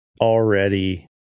already